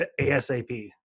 ASAP